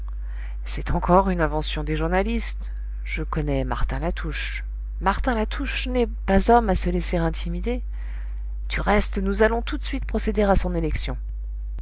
c'est encore une invention des journalistes je connais martin latouche martin latouche n'est pas homme à se laisser intimider du reste nous allons tout de suite procéder à son élection